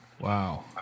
Wow